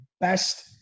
best